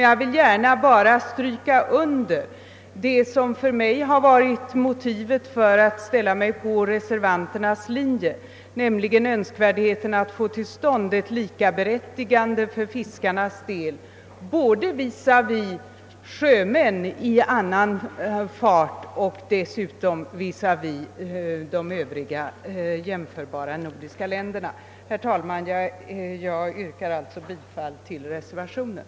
Jag vill bara understryka vad som varit mitt motiv för att följa reservanternas linje, nämligen Öönskvärdheten av att få till stånd ett likaberättigande såväl mellan fiskare och sjömän i fjärrfart som mellan fiskare i Sverige och fiskare i jämförbara nordiska länder. Herr talman! Jag yrkar bifall till reservationen.